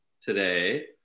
today